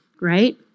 right